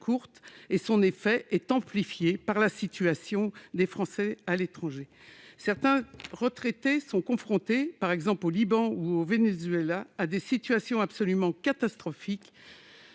et son effet est amplifié par la situation des Français de l'étranger. Certains retraités sont confrontés, par exemple au Liban ou au Venezuela, à des situations absolument catastrophiques